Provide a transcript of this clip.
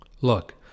look